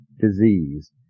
disease